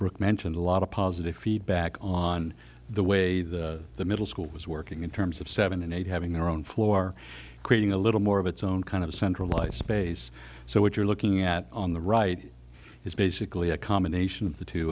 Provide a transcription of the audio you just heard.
brooke mentioned a lot of positive feedback on the way the middle school was working in terms of seven and eight having their own floor creating a little more of its own kind of centralized space so what you're looking at on the right is basically a combination of the two